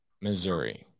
Missouri